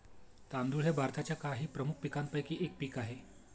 तांदूळ हे भारताच्या काही प्रमुख पीकांपैकी एक पीक आहे